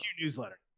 Newsletter